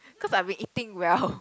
cause I been eating well